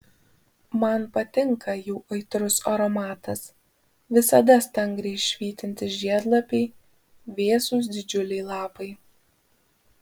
man patinka jų aitrus aromatas visada stangriai švytintys žiedlapiai vėsūs didžiuliai lapai